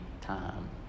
time